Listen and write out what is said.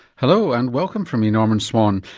hello and welcome from me, norman swan.